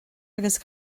agus